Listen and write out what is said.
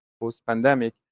post-pandemic